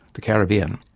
the caribbean.